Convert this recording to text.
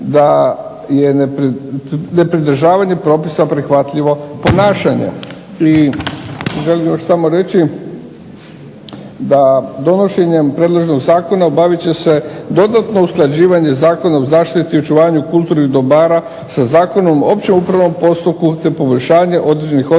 da je nepridržavanje propisa prihvatljivo ponašanje. I želim još samo reći da donošenjem predloženog zakona obavit će se dodatno usklađivanje Zakonom o zaštiti i očuvanju kulturnih dobara sa Zakonom o općem upravnom postupku, te poboljšanje određenih odredbi